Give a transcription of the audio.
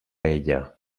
ella